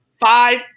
five